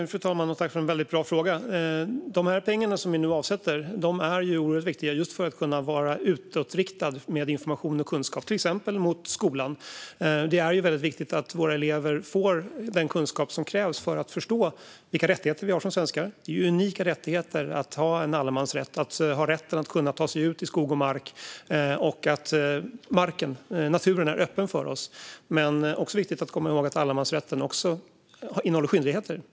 Fru talman! Jag tackar för en väldigt bra fråga. Pengarna som vi nu avsätter är oerhört viktiga för att kunna vara utåtriktad med information och kunskap, till exempel mot skolan. Det är viktigt att våra elever får den kunskap som krävs för att förstå vilka rättigheter vi har som svenskar. Det är ju unika rättigheter - allemansrätten, rätten att ta sig ut i skog och mark och att marken och naturen är öppen för oss. Men det är viktigt att komma ihåg att allemansrätten också innehåller skyldigheter.